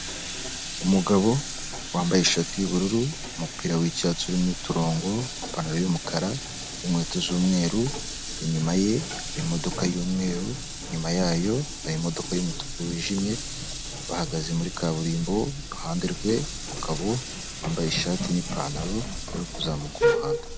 Umugabo wambaye ishati y'ubururu, umupira w'icyatsi urimo uturongo, ipantaro y'umukara n'inkweto z'umweru, inyuma ye hari imodoka y'umweru, inyuma yayo hari imodoka y'umutuku wijimye, bahagaze muri kaburimbo, iruhande rwe hari umugabo wambaye ishati n'ipantaro, uri kuzamuka mu muhanda.